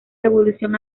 revolución